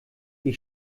die